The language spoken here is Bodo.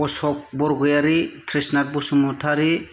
अशक बरगयारि थ्रिसनाथ बसुमतारि